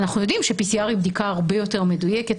אנחנו יודעים ש-PCR היא בדיקה הרבה יותר מדויקת,